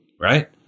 right